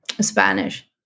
spanish